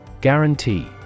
Guarantee